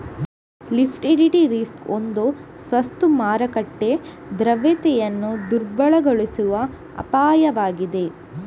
liquidity risk ಒಂದು ಸ್ವತ್ತು ಮಾರುಕಟ್ಟೆ ದ್ರವ್ಯತೆಯನ್ನು ದುರ್ಬಲಗೊಳಿಸುವ ಅಪಾಯವಾಗಿದೆ